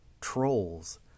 Trolls